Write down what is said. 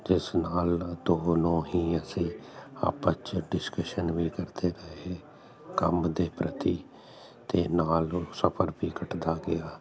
ਜਿਸ ਨਾਲ ਦੋਨੋ ਹੀ ਅਸੀਂ ਆਪਸ ਡਿਸਕਸ਼ਨ ਵੀ ਕਰਦੇ ਗਏ ਕੰਮ ਦੇ ਪ੍ਰਤੀ ਅਤੇ ਨਾਲ ਸਫ਼ਰ ਵੀ ਘੱਟਦਾ ਗਿਆ